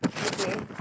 okay